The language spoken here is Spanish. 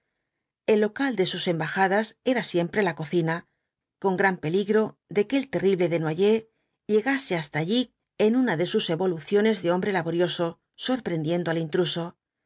el local de sus embajadas era siempre la cocina con gran peligra de que el terrible desnoyers llegase hasta allí en una de sus evoluciones de hombre laborioso sorprendiendo al intruso